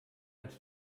als